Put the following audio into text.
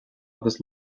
agus